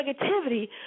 negativity